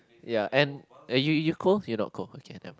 ya and you you call you not call okay never mind